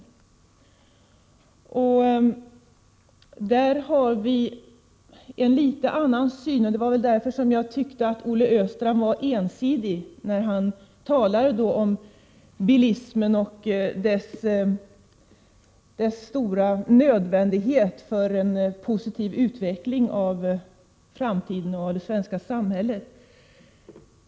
I jordbruksutskottet har vi en något annorlunda syn än man har i trafikutskottet, och det var därför jag tyckte att Olle Östrand var ensidig när han talade om bilismen och dess nödvändighet för en positiv utveckling i framtiden av det svenska samhället.